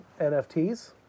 NFTs